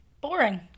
boring